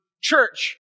Church